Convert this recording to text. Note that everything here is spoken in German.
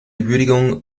würdigung